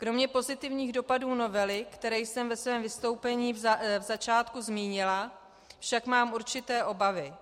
Kromě pozitivních dopadů novely, které jsem ve svém vystoupení v začátku zmínila, však mám určité obavy.